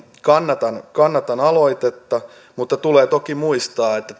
kannatan kannatan aloitetta mutta tulee toki muistaa että